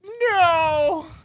no